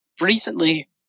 recently